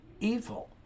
evil